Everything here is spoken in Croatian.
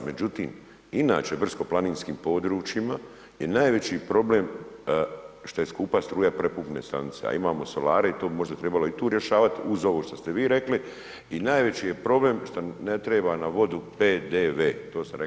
Međutim, inače brdsko-planinskim područjima je najveći problem što je skupa struja prekupne stanice, a imamo solare i to bi možda trebalo i tu rješavat uz ovo što ste vi rekli i najveći je problem šta ne treba na vodu PDV [[Upadica: Zahvaljujem.]] to sam rekao.